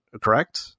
correct